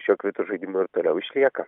šio kvitų žaidimo ir toliau išlieka